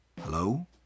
Hello